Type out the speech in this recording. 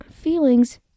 Feelings